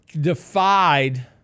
defied